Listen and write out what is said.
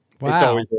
wow